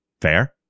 Fair